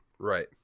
right